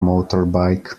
motorbike